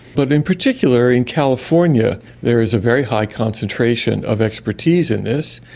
but in particular in california there is a very high concentration of expertise in this.